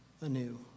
anew